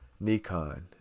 Nikon